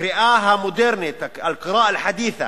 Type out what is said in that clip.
הקריאה המודרנית, "אל-קראאה אל-חדית'ה",